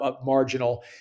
marginal